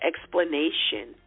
explanation